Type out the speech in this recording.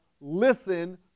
listen